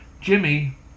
Jimmy